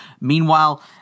Meanwhile